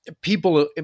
people